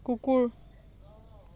কুকুৰ